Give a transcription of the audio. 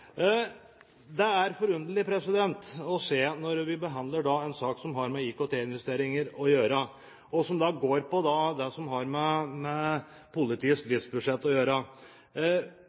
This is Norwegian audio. som er forunderlig å se når vi behandler en sak som har med IKT-investeringer å gjøre, og som går på det som har med politiets driftsbudsjett å gjøre: